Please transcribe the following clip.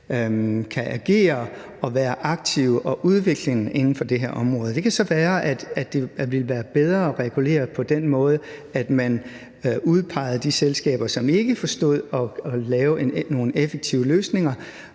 kan agere og være aktive og udvikle det her område. Det kan så være, at det ville være bedre at regulere på den måde, at man udpegede de selskaber, som ikke forstod at lave nogen effektive løsninger,